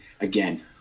again